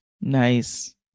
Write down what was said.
nice